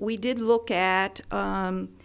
we did look at